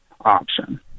option